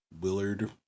Willard